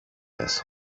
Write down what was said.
mess